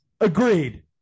agreed